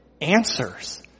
answers